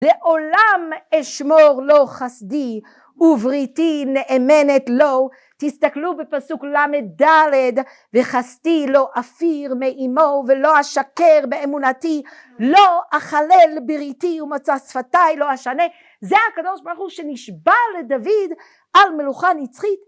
לעולם אשמור לו חסדי ובריתי נאמנת לו תסתכלו בפסוק למד דלת, וחסדי לא אסיר מעמו ולא אשקר באמונתי לא אחלל בריתי ומוצא שפתי לא אשנה, זה הקדוש ברוך הוא שנשבע לדוד על מלוכה נצחית